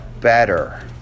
better